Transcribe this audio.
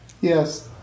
Yes